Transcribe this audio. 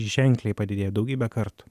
ženkliai padidėja daugybę kartų